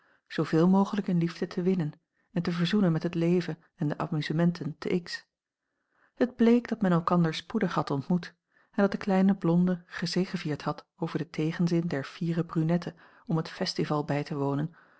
zooveel mogelijk in liefde te winnen en te verzoenen met het leven en de amusementen te x het bleek dat men elkander spoedig had ontmoet en dat de kleine blonde gezegevierd had over den tegenzin der fiere brunette om het festival bij te wonen